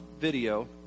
video